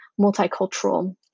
multicultural